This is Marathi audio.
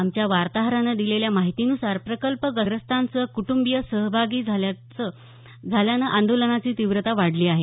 आमच्या वार्ताहरानं दिलेल्या माहितीनुसार प्रकल्पग्रस्तांचं कुटंबीय सहभागी झाल्यानं आंदोलनाची तीव्रता वाढली आहे